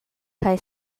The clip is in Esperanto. kaj